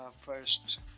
first